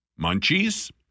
Munchies